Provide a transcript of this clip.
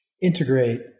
integrate